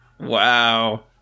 wow